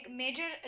major